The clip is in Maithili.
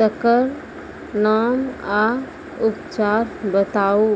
तकर नाम आ उपचार बताउ?